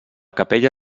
capella